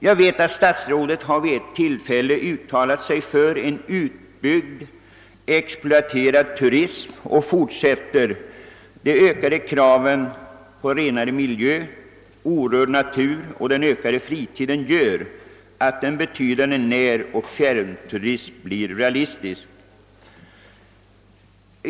Jag vet att statsrådet vid ett tillfälle uttalat sig för en utbyggd, exploaterad turism och fortsatte med att säga att de ökade kraven på renare miljö, orörd natur och den ökade fritiden gör att en betydande näroch fjärrturism blir realistisk.